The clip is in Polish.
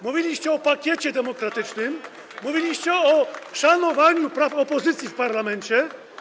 Mówiliście o pakiecie demokratycznym, mówiliście o szanowaniu praw opozycji w parlamencie.